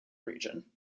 region